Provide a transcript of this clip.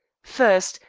first,